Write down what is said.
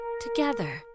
together